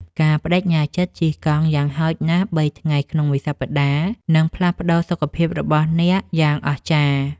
ការប្តេជ្ញាចិត្តជិះកង់យ៉ាងហោចណាស់ ៣ ថ្ងៃក្នុងមួយសប្ដាហ៍ នឹងផ្លាស់ប្តូរសុខភាពរបស់អ្នកយ៉ាងអស្ចារ្យ។